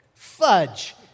Fudge